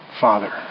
Father